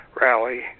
rally